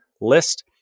list